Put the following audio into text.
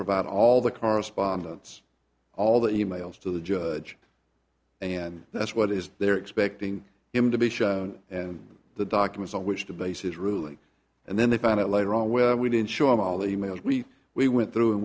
provide all the correspondence all the e mails to the judge and that's what it is they're expecting him to be and the documents on which to base his ruling and then they find out later on where we didn't show him all the e mails we we went through and